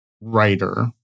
writer